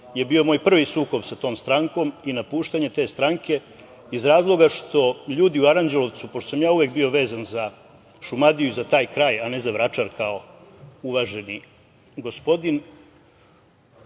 je bio moj prvi sukob sa tom strankom i napuštanje te stranke iz razloga što ljudi u Aranđelovcu, pošto sam ja uvek bio vezan za Šumadiju i za taj kraj, a ne za Vračar kao uvaženi gospodin,